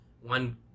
One